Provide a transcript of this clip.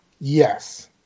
Yes